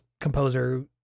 Composer